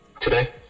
today